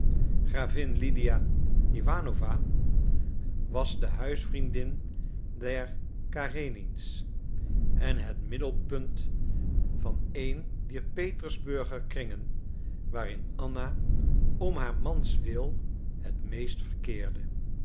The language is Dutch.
gravin lydia iwanowna was de huisvriendin der karenins en het middelpunt van een dier petersburger kringen waarin anna om haar mans wil het meest verkeerde